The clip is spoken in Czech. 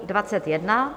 21.